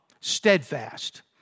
steadfast